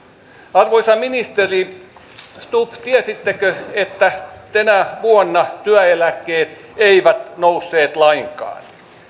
arvoisa ministeri stubb tiesittekö että tänä vuonna työeläkkeet eivät nousseet lainkaan